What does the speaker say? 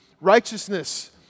Righteousness